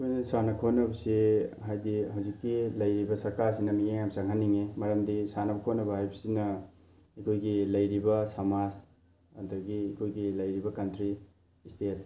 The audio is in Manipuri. ꯑꯩꯈꯣꯏꯅ ꯁꯥꯟꯅ ꯈꯣꯠꯅꯕꯁꯤ ꯍꯥꯏꯗꯤ ꯍꯧꯖꯤꯛꯀꯤ ꯂꯩꯔꯤꯕ ꯁꯔꯀꯥꯔꯁꯤꯅ ꯃꯤꯠꯌꯦꯡ ꯌꯥꯝ ꯆꯪꯍꯟꯅꯤꯡꯉꯦ ꯃꯔꯝꯗꯤ ꯁꯥꯟꯅꯕ ꯈꯣꯠꯅꯕ ꯍꯥꯏꯕꯁꯤꯅ ꯑꯩꯈꯣꯏꯒꯤ ꯂꯩꯔꯤꯕ ꯁꯃꯥꯖ ꯑꯗꯒꯤ ꯑꯩꯈꯣꯏꯒꯤ ꯂꯩꯔꯤꯕ ꯀꯟꯊ꯭ꯔꯤ ꯏꯁꯇꯦꯠ